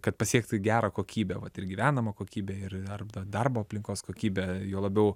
kad pasiektų gerą kokybę vat ir gyvenamą kokybę ir arba darbo aplinkos kokybę juo labiau